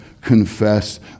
confess